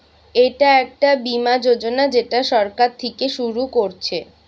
এটা একটা বীমা যোজনা যেটা সরকার থিকে শুরু করছে